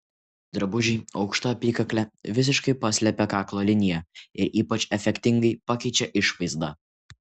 drabužiai aukšta apykakle visiškai paslepia kaklo liniją ir ypač efektingai pakeičia išvaizdą